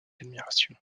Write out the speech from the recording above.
admiration